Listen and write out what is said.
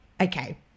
Okay